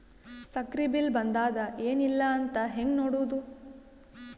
ಸಕ್ರಿ ಬಿಲ್ ಬಂದಾದ ಏನ್ ಇಲ್ಲ ಅಂತ ಹೆಂಗ್ ನೋಡುದು?